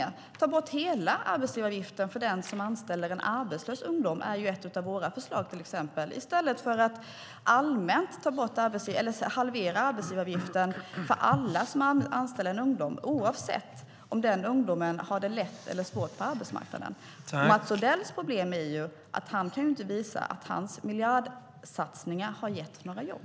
Att ta bort hela arbetsgivaravgiften för den som anställer en arbetslös ung person är ett av våra förslag, i stället för att halvera arbetsgivaravgiften för alla som anställer en ung person oavsett om den unga personen har det lätt eller svårt på arbetsmarknaden. Mats Odells problem är att han inte kan visa att hans miljardsatsningar har gett några jobb.